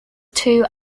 two